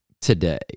Today